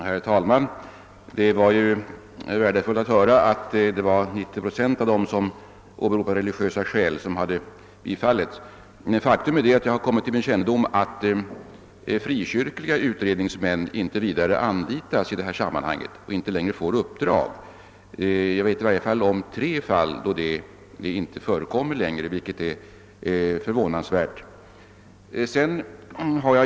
Herr talman! Det var värdefullt att höra att 90 procent av ansökningarna från dem som åberopat religiösa skäl bifallits. Faktum är att det kommit till min kännedom att frikyrkliga utredningsmän inte vidare anlitas i det här sammanhanget. De får inte längre några uppdrag. Jag vet i varje fall om tre fall där det inte förekommit, och detta är förvånansvärt.